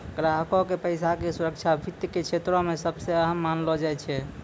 ग्राहको के पैसा के सुरक्षा वित्त के क्षेत्रो मे सभ से अहम मानलो जाय छै